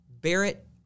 Barrett